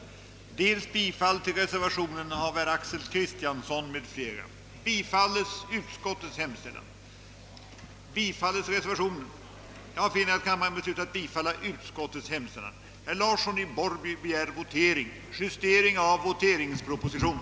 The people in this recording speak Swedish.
uppmärksamhet än hittills varit fallet måste riktas på de destruktiva krafternas spel i vårt samhälle samt att kraftfulla åtgärder vidtoges i syfte att åstadkomma positiva helhetslösningar på problemen med de tilltagande asociala beteendemönstren.